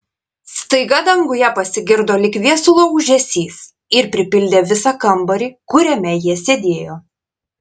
staiga danguje pasigirdo lyg viesulo ūžesys ir pripildė visą kambarį kuriame jie sėdėjo